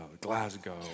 Glasgow